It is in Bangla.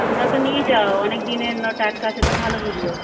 তোমরা তো নিয়ে যাও অনেক দিনের না টাটকা সে তো ভালো বুঝবে